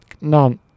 None